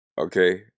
Okay